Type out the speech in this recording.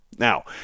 Now